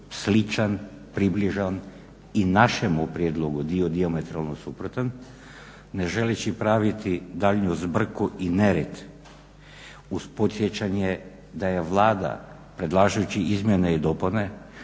sličan približan i našemu prijedlogu dio dijametralno suprotan ne želeći praviti daljnju zbrku i nered uz podsjećanje da je Vlada predlažući izmjene i dopune